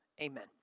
Amen